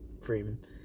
Freeman